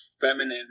feminine